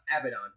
Abaddon